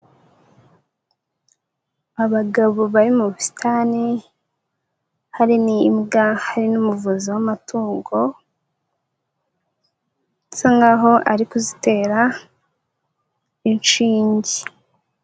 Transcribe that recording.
Abagabo bari mu busitani, hari n'imbwa, hari n'umuvuzi w'amatungo, bisa nk'aho ari kuzitera inshinge.